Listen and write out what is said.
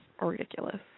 ridiculous